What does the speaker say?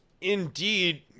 indeed